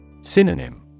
Synonym